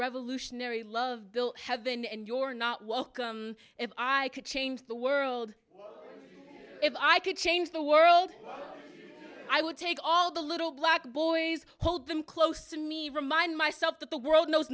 revolutionary love bill heaven and your not welcome if i could change the world if i could change the world i would take all the little black boys hold them close to me remind myself that the world knows